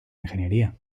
ingeniería